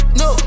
no